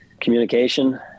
communication